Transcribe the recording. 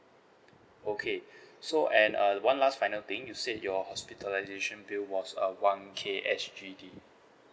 okay so and uh one last final thing you said your hospitalisation bill was uh one K S_G_D